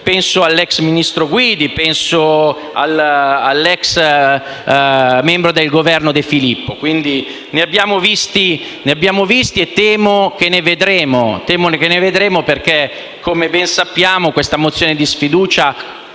anche all'ex ministro Guidi, all'ex membro del Governo De Filippo. Quindi ne abbiamo visti e temo che ne vedremo, perché, come ben sappiamo, questa mozione di sfiducia